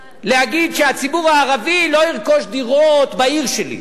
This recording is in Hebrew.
להגיד, שהציבור הערבי לא ירכוש דירות בעיר שלי,